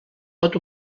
pot